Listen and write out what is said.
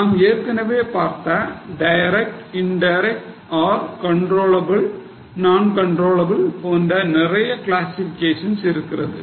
நாம் ஏற்கனவே பார்த்த direct indirect or controllable non controllable போன்ற நிறைய கிளாசிஃபிகேஷன்ஸ் இருக்கிறது